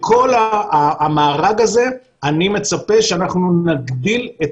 בכל המארג הזה אני מצפה שאנחנו נגדיל את